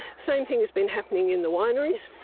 same thing has been happening in the wineries.